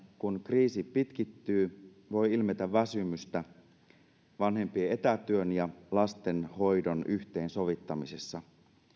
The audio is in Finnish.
kun kriisi pitkittyy voi ilmetä väsymystä vanhempien etätyön ja lastenhoidon yhteensovittamisessa